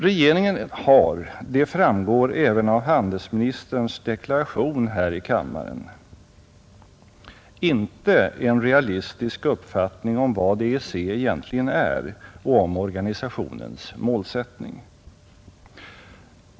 Regeringen har, det framgår även av handelsministerns deklaration här i kammaren, inte en realistisk uppfattning om vad EEC egentligen är och om organisationens målsättning.